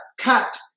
cut